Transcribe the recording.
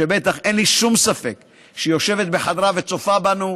שאין לי שום ספק שהיא יושבת בחדרה וצופה בנו,